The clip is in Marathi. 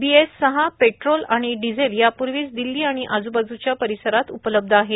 बीएस सहा पेट्रोल आणि डिझेल यापूर्वीच दिल्ली आणि आजूबाजूच्या परिसरात उपलब्ध आहे